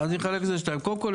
אני אחלק את זה לשניים: קודם כל,